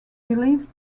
believed